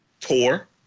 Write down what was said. tour